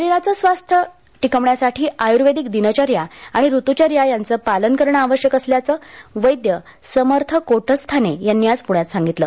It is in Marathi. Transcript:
शरीराचे स्वास्थ टिकवण्यासाठी आयुर्वेदीक दिनचर्या आणि त्रतुचर्या यांचे पालन करणे आवश्यक असल्याचे वैद्य समर्थ कोटस्थाने यांनी आज पुण्यात सांगितलं